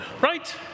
right